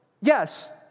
yes